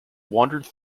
wandered